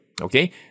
okay